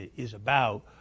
is about.